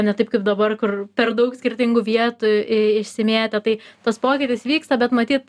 ne taip kaip dabar kur per daug skirtingų vietų išsimėtę tai tas pokytis vyksta bet matyt